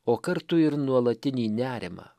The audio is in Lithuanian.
o kartu ir nuolatinį nerimą